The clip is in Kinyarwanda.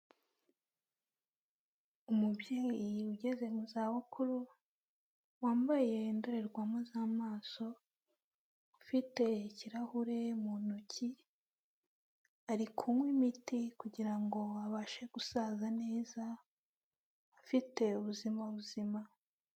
Umubyeyi ugeze mu za bukuru, wambaye indorerwamo z'amaso, ufite ikirahure mu ntoki, ari kunywa imiti kugira ngo abashe gusaza neza, afite ubuzima buzima.